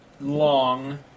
long